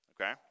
okay